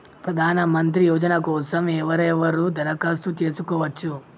ప్రధానమంత్రి యోజన కోసం ఎవరెవరు దరఖాస్తు చేసుకోవచ్చు?